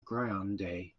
grande